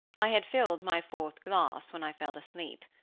i had filled my fourth glass when i fell asleep.